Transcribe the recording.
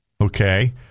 Okay